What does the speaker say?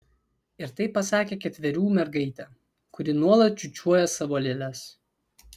ir tai pasakė ketverių mergaitė kuri nuolat čiūčiuoja savo lėles